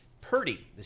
Purdy